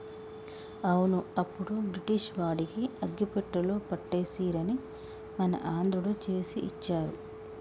అవును అప్పుడు బ్రిటిష్ వాడికి అగ్గిపెట్టెలో పట్టే సీరని మన ఆంధ్రుడు చేసి ఇచ్చారు